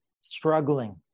struggling